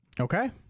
Okay